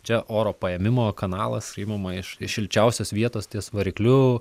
čia oro paėmimo kanalas imama iš iš šilčiausios vietos ties varikliu